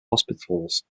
hospitals